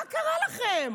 מה קרה לכם?